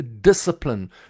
discipline